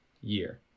year